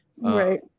Right